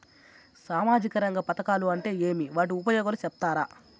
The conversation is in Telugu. సామాజిక రంగ పథకాలు అంటే ఏమి? వాటి ఉపయోగాలు సెప్తారా?